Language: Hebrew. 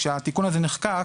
כשהתיקון הזה נחקק,